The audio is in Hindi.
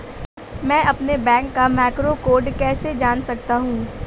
मैं अपने बैंक का मैक्रो कोड कैसे जान सकता हूँ?